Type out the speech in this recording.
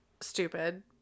stupid